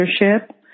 leadership